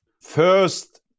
First